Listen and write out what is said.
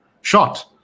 shot